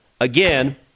Again